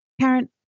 Karen